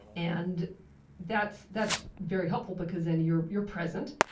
and that's that's very helpful because then you're you're present,